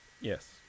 Yes